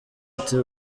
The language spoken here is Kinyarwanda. ati